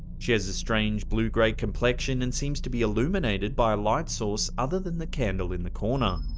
she has a strange blue gray complexion, and seems to be illuminated by a light source other than the candle in the corner.